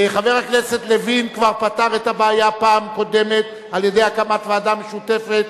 חבר הכנסת לוין כבר פתר את הבעיה בפעם הקודמת על-ידי הקמת ועדה משותפת.